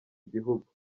igihugu